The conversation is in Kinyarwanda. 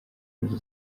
inzu